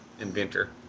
inventor